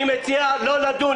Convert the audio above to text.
אני מציע לא לדון,